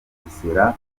bugesera